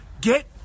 Get